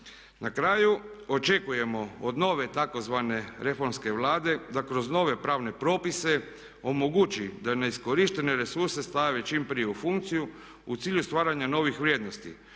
Na kraju očekujemo od nove tzv. reformske Vlade da kroz nove pravne propise omogući da neiskorištene resurse stave čim prije u funkciju u cilju stvaranja novih vrijednosti,